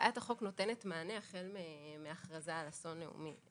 הצעת החוק נותנת מענה החל מההכרזה על אסון לאומי,